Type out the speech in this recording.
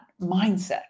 mindset